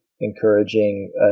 encouraging